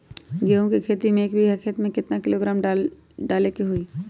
गेहूं के खेती में एक बीघा खेत में केतना किलोग्राम डाई डाले के होई?